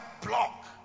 Block